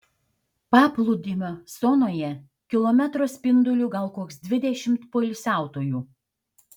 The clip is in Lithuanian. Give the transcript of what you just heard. paplūdimio zonoje kilometro spinduliu gal koks dvidešimt poilsiautojų